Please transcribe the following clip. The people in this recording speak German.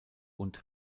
und